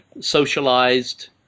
socialized